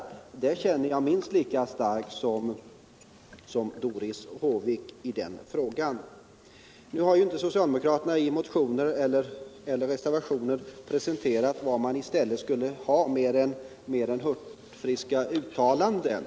I det fallet känner jag minst lika starkt som Doris Håvik. Socialdemokraterna har inte i vare sig motioner eller reservationer presenterat vad de skulle vilja ha i stället för regeringsförstaget. Man har bara kommit med hurtfriska uttalanden.